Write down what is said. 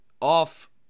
off